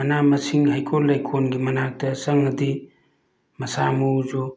ꯃꯅꯥ ꯃꯁꯤꯡ ꯍꯩꯀꯣꯜ ꯂꯩꯀꯣꯜꯒꯤ ꯃꯅꯥꯛꯇ ꯆꯪꯉꯗꯤ ꯃꯁꯥ ꯃꯎꯁꯨ